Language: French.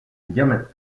diamètre